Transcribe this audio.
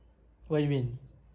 what you mean